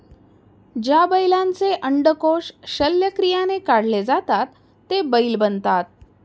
ज्या बैलांचे अंडकोष शल्यक्रियाने काढले जातात ते बैल बनतात